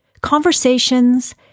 conversations